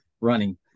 running